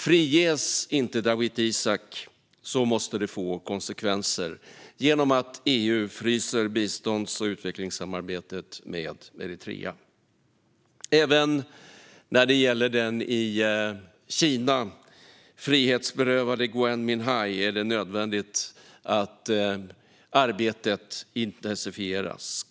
Friges inte Dawit Isaak måste det få konsekvenser genom att EU fryser bistånds och utvecklingssamarbetet med Eritrea. Även när det gäller den i Kina frihetsberövade Gui Minhai är det nödvändigt att arbetet intensifieras.